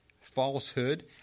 falsehood